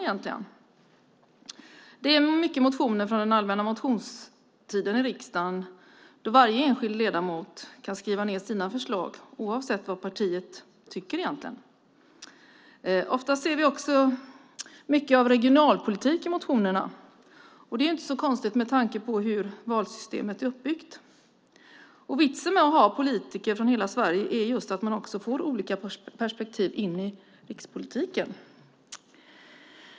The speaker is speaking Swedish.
I det behandlas många motioner från den allmänna motionstiden i riksdagen då varje enskild ledamot kan skriva ned sina förslag oavsett vad partiet egentligen tycker. Ofta ser vi också mycket av regionalpolitik i motionerna, och det är inte så konstigt med tanke på hur valsystemet är uppbyggt. Vitsen med att ha politiker från hela Sverige är just att man får olika perspektiv in i rikspolitiken.